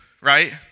right